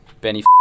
Benny